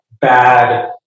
bad